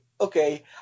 okay